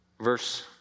Verse